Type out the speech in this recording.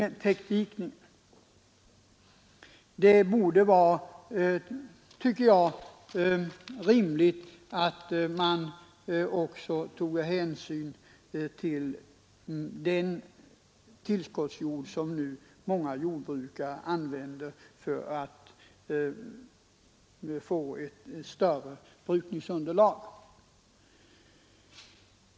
Jag tycker att det bör vara rimligt att ta hänsyn till den tillskottsjord som många jordbrukare använder för att få ett större brukningsunderlag.